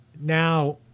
now